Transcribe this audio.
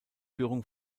führung